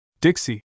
Dixie